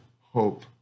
hope